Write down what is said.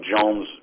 Jones